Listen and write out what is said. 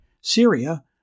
Syria